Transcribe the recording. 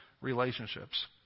relationships